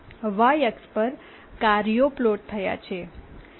Y અક્ષ પર કાર્યો પ્લોટ થયા છે